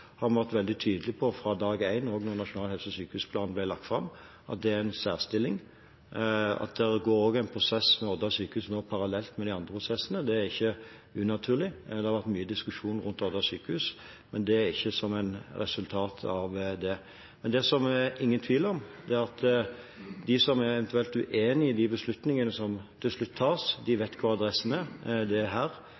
har vi vært veldig tydelig på, fra dag én, også da Nasjonal helse- og sykehusplan ble lagt fram, at det er i en særstilling, og det går nå en prosess med Odda sykehus parallelt med de andre prosessene. Det er ikke unaturlig. Det har vært mye diskusjon rundt Odda sykehus, men det er ikke som et resultat av det. Men det det ikke er noen tvil om, er at de som eventuelt er uenige i de beslutningene som til slutt tas,